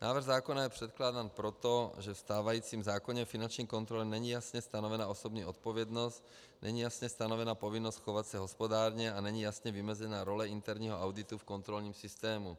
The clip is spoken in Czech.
Návrh zákona je předkládán proto, že ve stávajícím zákoně o finanční kontrole není jasně stanovena osobní odpovědnost, není jasně stanovena povinnost chovat se hospodárně a není jasně vymezena role interního auditu v kontrolním systému.